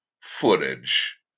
footage